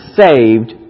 saved